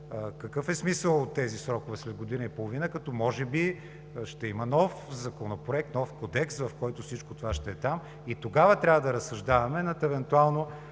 Какъв е смисълът от тези срокове след година и половина, като може би ще има нов законопроект, нов кодекс, в който всичко това ще е там и тогава трябва да разсъждаваме над евентуално